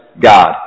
God